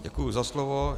Děkuji za slovo.